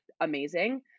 amazing